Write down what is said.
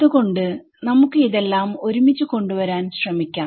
അതുകൊണ്ട് നമുക്ക് ഇതെല്ലാം ഒരുമിച്ചു കൊണ്ടു വരാൻ ശ്രമിക്കാം